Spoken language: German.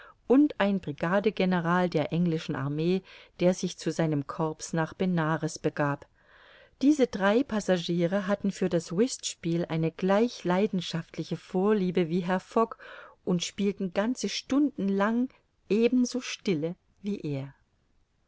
und ein brigade general der englischen armee der sich zu seinem corps nach benares begab diese drei passagiere hatten für das whistspiel eine gleich leidenschaftliche vorliebe wie herr fogg und spielten ganze stunden lang ebenso stille wie er